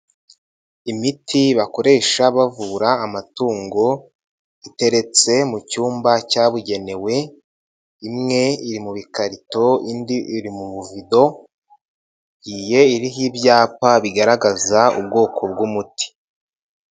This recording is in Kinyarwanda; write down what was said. Imiti bakoresha bavura amatungo iteretse mu cyumba cyabugenewe imwe iri mu bikarito, indi iri mu mubuvido, igiye iriho ibyapa bigaragaza ubwoko bw'umuti.